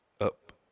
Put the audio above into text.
up